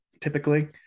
typically